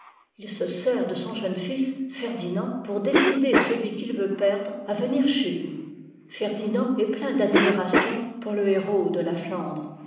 ii se sert de son jeune fils ferdinand pour décider celui qu'il veut perdre à venir chez lui ferdinand est plein d'admiration pour le héros de la flandre